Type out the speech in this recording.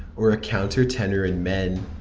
or a countertenor in men.